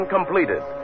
Completed